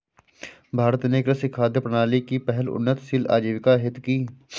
भारत ने कृषि खाद्य प्रणाली की पहल उन्नतशील आजीविका हेतु की